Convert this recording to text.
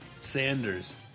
Sanders